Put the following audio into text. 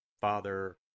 Father